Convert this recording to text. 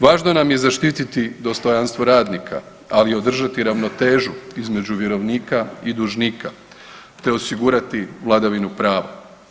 Važno nam je zaštiti dostojanstvo radnika, ali i održati ravnotežu između vjerovnika i dužnika te osigurati vladavinu pravu.